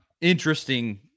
interesting